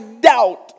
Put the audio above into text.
doubt